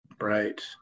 Right